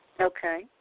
Okay